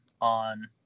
on